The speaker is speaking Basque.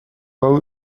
hau